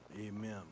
Amen